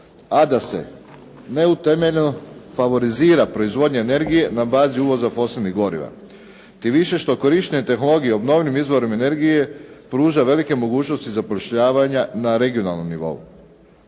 a da se neutemeljeno favorizira proizvodnja energije na bazi uvoza fosilnih goriva tim više što korištenje tehnologije o obnovljivim izvorima energije pruža velike mogućnosti zapošljavanja na regionalnom nivou.